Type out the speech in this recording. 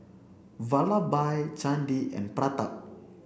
Vallabhbhai Chandi and Pratap